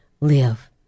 live